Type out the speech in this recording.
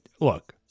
Look